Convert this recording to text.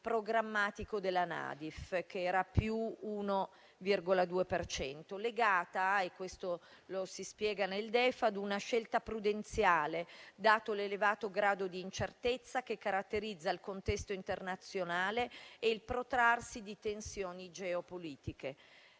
programmatico della NADEF, che era pari a +1,2 per cento, legata - e questo lo si spiega nel DEF - ad una scelta prudenziale, dato l'elevato grado di incertezza che caratterizza il contesto internazionale e il protrarsi di tensioni geopolitiche.